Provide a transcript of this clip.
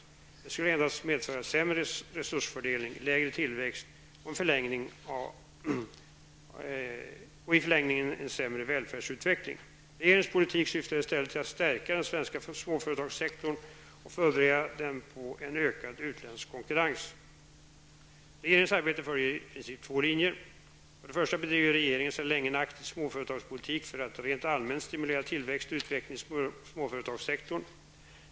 Detta skulle endast medföra sämre resursfördelning, lägre tillväxt och i förlängningen en sämre välfärdsutveckling. Regeringens politik syftar i stället till att stärka den svenska småföretagssektorn och förbereda den på en ökad utländsk konkurrens. Regeringens arbete följer i princip två linjer. För det första bedriver regeringen sedan länge en aktiv småföretagspolitik för att rent allmänt stimulera tillväxt och utveckling i småföretagssektorn.